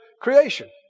creation